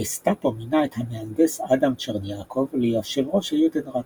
הגסטאפו מינה את המהנדס אדם צ'רניאקוב ליושב ראש היודנראט,